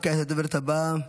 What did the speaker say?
וכעת לדוברת הבאה,